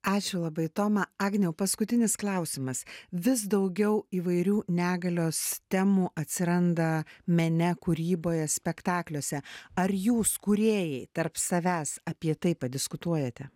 ačiū labai toma agniau paskutinis klausimas vis daugiau įvairių negalios temų atsiranda mene kūryboje spektakliuose ar jūs kūrėjai tarp savęs apie tai padiskutuojate